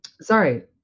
Sorry